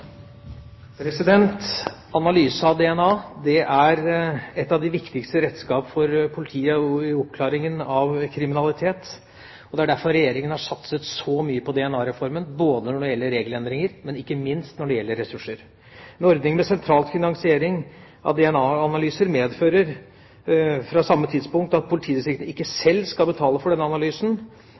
Analyse av DNA er et av de viktigste redskapene for politiet i oppklaringen av kriminalitet. Det er derfor Regjeringa har satset så mye på DNA-reformen når det gjelder både regelendringer, og ikke minst når det gjelder ressurser. En ordning med sentral finansiering av DNA-analyser medfører fra samme tidspunkt at politiet ikke selv skal betale for denne analysen.